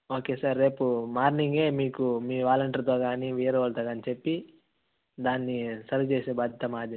okay sir రేపు morning మీకు మీ వాలంటీర్తో కానీ వీఆర్ఓలతో కానీ చెప్పి దాన్ని సరి చేసే బాధ్యత మాది అండి